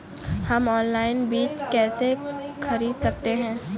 हम ऑनलाइन बीज कैसे खरीद सकते हैं?